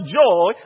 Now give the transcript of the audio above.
joy